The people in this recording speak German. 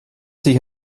sich